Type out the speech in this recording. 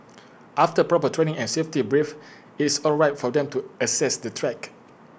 after proper training and safety brief IT is all right for them to access the track